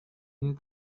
ini